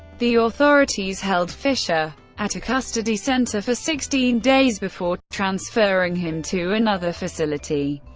the authorities held fischer at a custody center for sixteen days before transferring him to another facility.